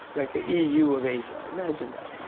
like a eu of asia, imagine that.